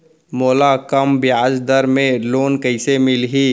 मोला कम ब्याजदर में लोन कइसे मिलही?